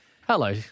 hello